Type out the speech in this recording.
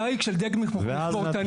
הדייג של דיג מכמורתנים --- ואז